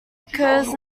occurs